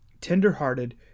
tenderhearted